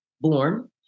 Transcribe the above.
born